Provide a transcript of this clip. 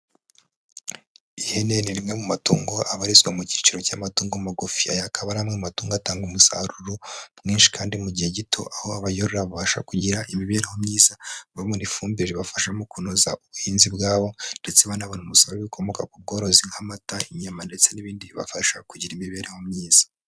Ihene ni rimwe mu matongo abarizwa mu cyiciro cy'amatungo magufi, akaba ari rimwe mu matungo atanga umusaruro mwinshi kandi mu gihe gito, aho abayorora babasha kugira imibereho myiza, babonamo ifumbire ibafasha mu kunoza ubuhinzi bwabo, ndetse banabona umusaruro w'ibikomoka ku bworozi nk'amata, inyama, ndetse n'ibindi bibafasha kugira imibereho myiza.